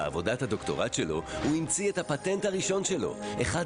אני רק רוצה לקחת את זה קצת לכיוונים אחרים, פחות